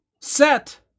set